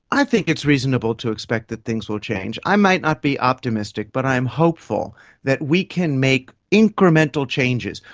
i think it's reasonable to expect that things will change. i might not be optimistic but i am hopeful that we can make incremental changes.